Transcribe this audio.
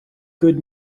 good